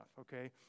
okay